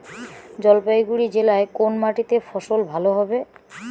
জলপাইগুড়ি জেলায় কোন মাটিতে ফসল ভালো হবে?